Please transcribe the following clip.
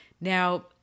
Now